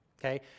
okay